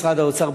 משרד האוצר,